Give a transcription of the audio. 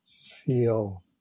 feel